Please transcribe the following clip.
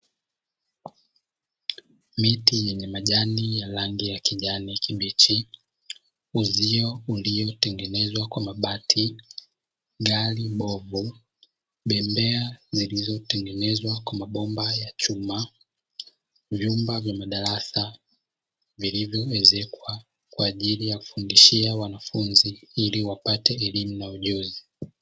Miti yenye majani ya rangi ya kijani kibichi, uzio uliotengenezwa kwa mabati, gari bovu, bembea zilizotengenezwa kwa mabomba ya chuma, vyumba vya madarasa vilivyoezekwa, kwa ajili ya kufundishia wanafunzi ili wapate elimu na ujuzi.